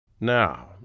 Now